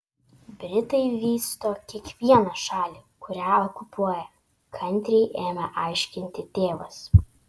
britai vysto kiekvieną šalį kurią okupuoja kantriai ėmė aiškinti tėvas